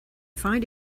find